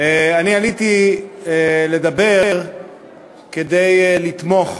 אני עליתי לדבר כדי לתמוך